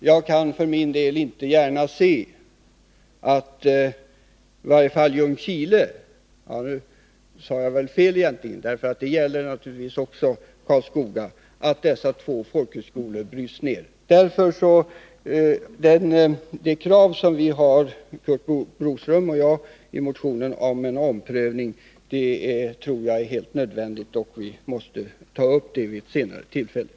Jag kan för min del inte gärna se att Ljungskile och Karlskoga folkhögskolor bryts ned. Det krav Curt Boström och jag har framfört i motionen om en omprövning tror jag är helt nödvändigt, och det måste vi ta upp vid ett senare tillfälle.